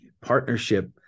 partnership